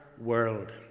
world